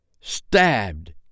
Stabbed